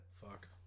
Fuck